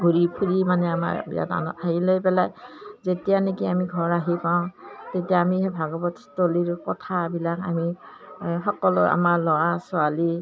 ঘূৰি ফুৰি মানে আমাৰ বিৰাত আন হেৰি লৈ পেলাই যেতিয়া নেকি আমি ঘৰ আহি পাওঁ তেতিয়া আমি সেই ভাগৱতস্থলীৰ কথাবিলাক আমি সকলো আমাৰ ল'ৰা ছোৱালী